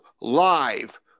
live